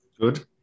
Good